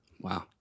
Wow